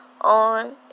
on